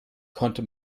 konnte